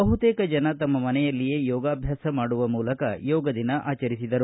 ಬಹುತೇಕ ಜನ ತಮ್ಮ ಮನೆಯಲ್ಲಿಯೇ ಯೋಗಾಭ್ಯಾಸ ಮಾಡುವ ಮೂಲಕ ಯೋಗದಿನ ಆಚರಿಸಿದರು